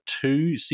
two